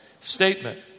statement